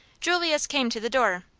julius came to the door.